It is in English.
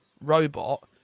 Robot